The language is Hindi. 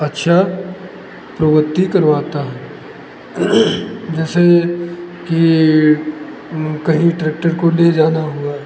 अच्छा प्रवृत्ति करवाता है जैसे कि कहीं ट्रैक्टर को ले जाना हुआ